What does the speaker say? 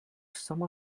some